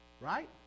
Right